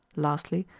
lastly,